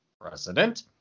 President